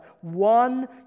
one